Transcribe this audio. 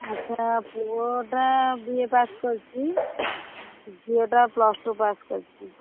ଆଚ୍ଛା ପୁଅଟା B A pass କରିଛି ଝିଅଟା ପ୍ଲସ୍ ଟୁ ପାସ୍ କରିଛି